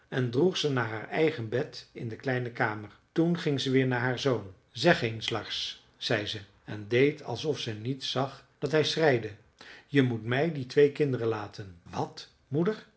en droeg ze naar haar eigen bed in de kleine kamer toen ging ze weer naar haar zoon zeg eens lars zei ze en deed alsof ze niet zag dat hij schreide je moet mij die twee kinderen laten wat moeder